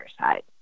side